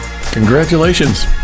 Congratulations